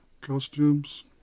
costumes